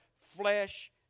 flesh